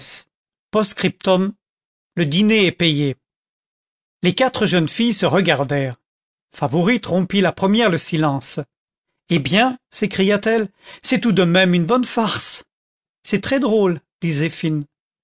post-scriptum le dîner est payé les quatre jeunes filles se regardèrent favourite rompit la première le silence eh bien s'écria-t-elle c'est tout de même une bonne farce c'est très drôle dit